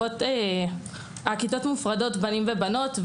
הכיתות מופרדות בנים ובנות,